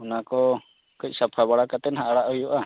ᱚᱱᱟ ᱠᱚ ᱠᱟᱹᱡ ᱥᱟᱯᱷᱟᱵᱟᱲᱟ ᱠᱟᱛᱮᱫ ᱦᱟᱸᱜ ᱟᱲᱟᱜ ᱦᱩᱭᱩᱜᱼᱟ